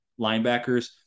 linebackers